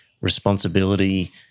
responsibility